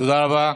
תודה רבה.